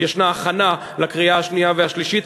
יש הכנה לקריאה השנייה והשלישית,